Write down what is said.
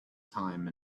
time